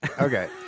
Okay